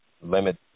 limit